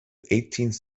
eighteenth